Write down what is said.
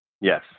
Yes